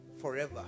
forever